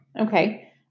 Okay